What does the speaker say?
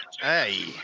Hey